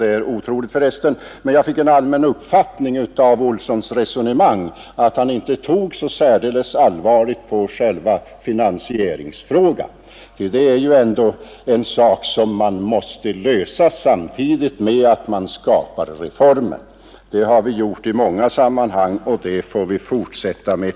Jag fick emellertid en allmän uppfattning av herr Olssons i Stockholm resonemang att han inte tog så särdeles allvarligt på finansieringsfrågan. Den frågan måste man ändå lösa samtidigt med att man genomför reformen. Så har det varit i många sammanhang tidigare, och det får vi fortsätta med.